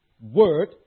word